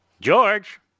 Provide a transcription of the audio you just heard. George